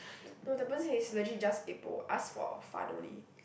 no the person is legit just kaypoh ask for fun only